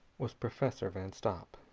was professor van stopp.